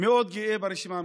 מאוד גאה ברשימה המשותפת,